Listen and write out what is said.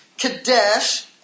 Kadesh